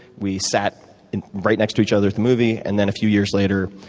we sat right next to each other at the movie, and then a few years later,